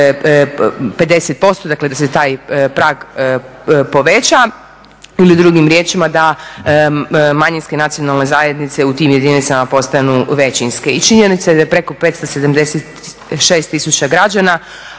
505, dakle da se taj prag poveća ili drugim riječima da manjinske nacionalne zajednice u tim jedinicama postanu većinske. I činjenica je da je preko 576 tisuća građana,